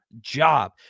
job